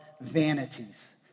vanities